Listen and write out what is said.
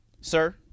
Sir